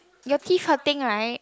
your teeth hurting right